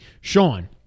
Sean